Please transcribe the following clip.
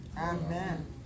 Amen